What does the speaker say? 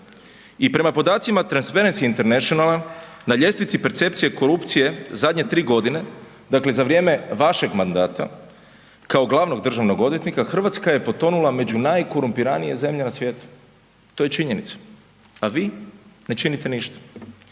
i prema podacima Transparency Internationala na ljestvici percepcije korupcije zadnje 3 godine, dakle za vrijeme vašeg mandata kao glavnog državnog odvjetnika Hrvatska je potonula među najkorumpiranije zemlje na svijetu. To je činjenica, a vi ne činite ništa.